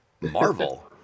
Marvel